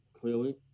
clearly